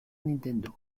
nintendo